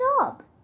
job